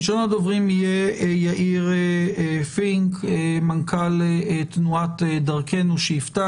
יאיר פינק, מנכ"ל תנועת דרכנו, בבקשה.